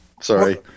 sorry